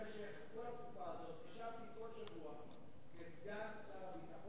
במשך כל התקופה הזו השבתי כל שבוע כסגן שר